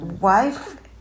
wife